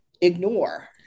ignore